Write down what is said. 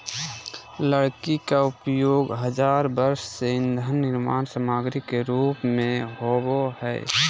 लकड़ी के उपयोग हजार वर्ष से ईंधन निर्माण सामग्री के रूप में होबो हइ